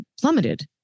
plummeted